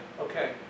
okay